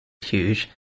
huge